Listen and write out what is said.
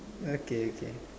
okay okay